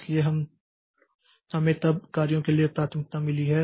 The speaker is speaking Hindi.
इसलिए हमें तब कार्यों के लिए प्राथमिकता मिली है